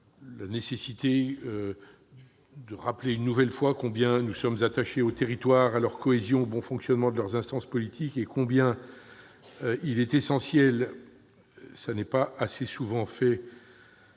important de rappeler une nouvelle fois combien nous sommes attachés aux territoires, à leur cohésion et au bon fonctionnement de leurs instances politiques, et combien il est essentiel pour notre pays- cela n'est pas